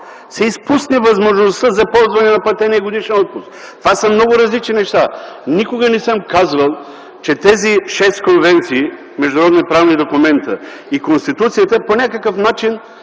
се изпусне възможността за ползване на платения годишен отпуск. Това са много различни неща. Никога не съм казвал, че тези шест конвенции – международни правни